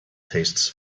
tastes